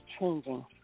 changing